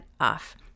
off